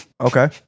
Okay